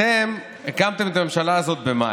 אתם הקמתם את הממשלה הזאת במאי.